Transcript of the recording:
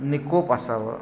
निकोप असावं